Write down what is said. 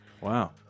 Wow